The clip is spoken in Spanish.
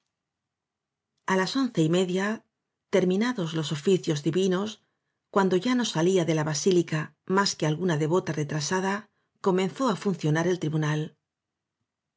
las once y media terminados los oficios divinos cuando ya no salía de la basílica más que alguna devota retrasada comenzó á fun cionar el tribunal